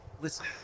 Listen